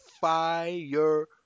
fire